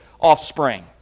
offspring